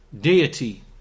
deity